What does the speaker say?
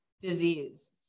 disease